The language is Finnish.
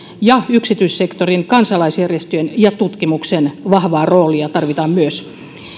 ja yksityissektorin kansalaisjärjestöjen ja tutkimuksen vahvaa roolia tarvitaan myös